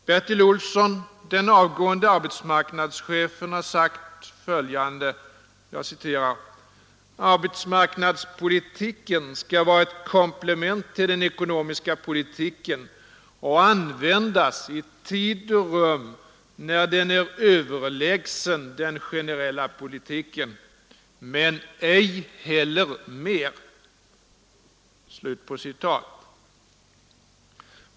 Bertil Olsson, den avgående arbetsmarknadschefen, har sagt följande: Arbetsmarknadspolitiken skall vara ett komplement till:den ekonomiska politiken och användas i tid och rum när den är överlägsen den generella politiken, men ej heller mer.